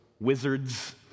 wizards